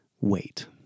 wait